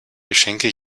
geschenke